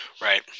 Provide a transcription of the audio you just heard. right